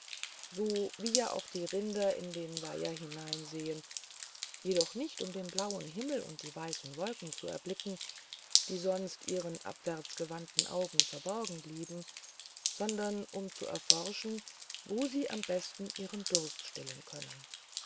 so wie ja auch die rinder in den weiher hinuntersehen jedoch nicht um den blauen himmel und die weißen wolken zu erblicken die sonst ihren abwärts gewandten augen verborgen bleiben sondern um zu erforschen wo sie am besten ihren durst stillen können